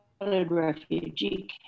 refugee